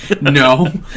No